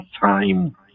time